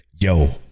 yo